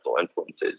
influences